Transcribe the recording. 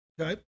Okay